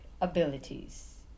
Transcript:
abilities